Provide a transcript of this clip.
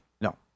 No